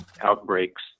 outbreaks